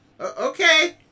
okay